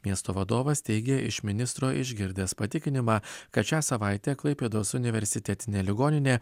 miesto vadovas teigė iš ministro išgirdęs patikinimą kad šią savaitę klaipėdos universitetinė ligoninė